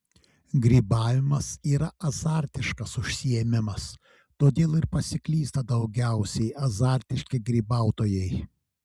grybavimas yra azartiškas užsiėmimas todėl ir pasiklysta daugiausiai azartiški grybautojai